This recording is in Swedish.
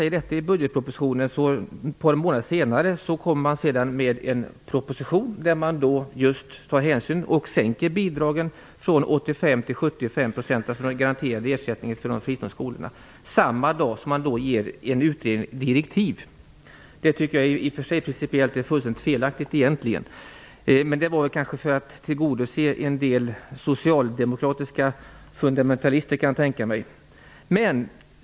Ett par månader senare kommer man med en proposition där man sänker bidragen, dvs. den garanterade ersättningen för de fristående skolorna, från 85 % till 75 %. Samma dag ger man en utredning direktiv. Det tycker jag principiellt är fullständigt felaktigt. Jag kan tänka mig att det kanske skedde för att en del socialdemokratiska fundamentalister skulle tillgodoses.